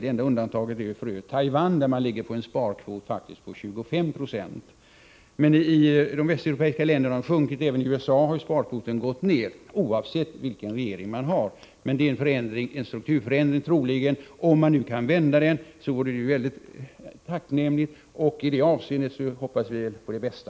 Det enda undantaget är f. ö. Taiwan, där man faktiskt ligger på en sparkvot på 25 70. Men i de västeuropeiska länderna har den sjunkit, och i USA har sparkvoten gått ned, oavsett vilken regering man har. Det är troligen en strukturförändring. Det vore tacknämligt om man kan vända den, och i det avseendet hoppas vi på det bästa.